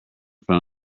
front